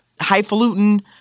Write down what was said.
highfalutin